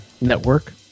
network